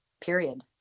Period